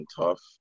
tough